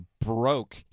broke